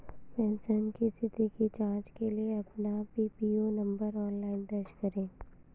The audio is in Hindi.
पेंशन की स्थिति की जांच के लिए अपना पीपीओ नंबर ऑनलाइन दर्ज करें